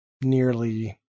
nearly